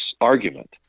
argument